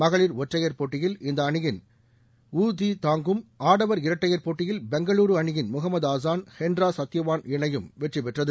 மகளிர் ஒற்றையர் போட்டியில் இந்த அணியின் உ தி தாங் கும் ஆடவர் இரட்டையர் போட்டியில் பெங்களூரு அணியின் முகமது ஆசான் ஹென்ரா சத்யவான் இணையும் வெற்றி பெற்றது